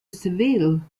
seville